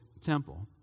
temple